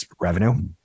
revenue